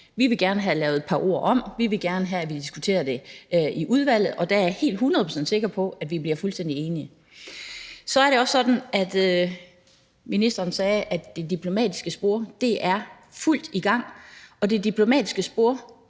Vi vil gerne have lavet et par ord om; vi vil gerne have, at vi diskuterer det i udvalget, og der er jeg hundrede procent sikker på at vi bliver fuldstændig enige. Så er det også sådan, at ministeren sagde, at det diplomatiske spor er i fuld gang, og det diplomatiske spor